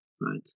right